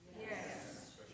Yes